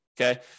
okay